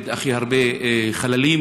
איבד הכי הרבה חללים.